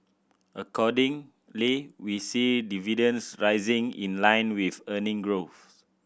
accordingly we see dividends rising in line with earning growth